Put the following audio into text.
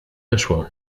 wyszło